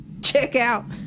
checkout